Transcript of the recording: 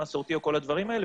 מסורתי או כל הדברים האלה,